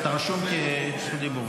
אתה רשום לזכות דיבור.